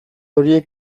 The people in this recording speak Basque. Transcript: horiek